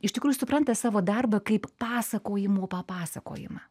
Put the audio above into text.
iš tikrųjų supranta savo darbą kaip pasakojimo papasakojimą